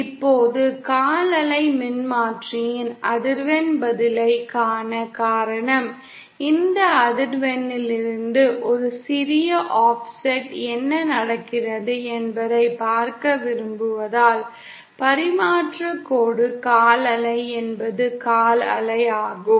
இப்போது கால் அலை மின்மாற்றியின் அதிர்வெண் பதிலைக் காண காரணம் இந்த அதிர்வெண்ணிலிருந்து ஒரு சிறிய ஆஃப்செட் என்ன நடக்கிறது என்பதைப் பார்க்க விரும்புவதால் பரிமாற்றக் கோடு கால் அலை என்பது கால் அலை ஆகும்